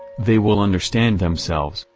they will understand themselves,